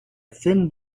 thin